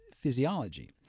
physiology